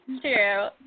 true